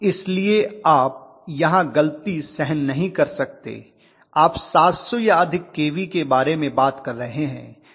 इसलिए आप यहां गलती सहन नहीं कर सकते आप 700 या अधिक केवी के बारे में बात कर रहे हैं